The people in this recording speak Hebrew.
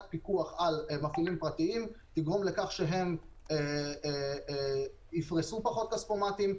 פיקוח על מפעילים פרטיים תגרום לכך שהם יפרסו פחות כספומטים,